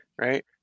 Right